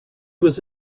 was